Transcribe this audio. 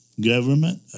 government